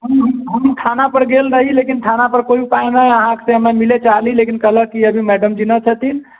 हम थाना पर गेल रही लेकिन थाना पर कोइ उपाय नहि अहाँसँ हम मिलैके चाहली लेकिन कहलक कि अखन मैडम जी नहि छथिन